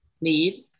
need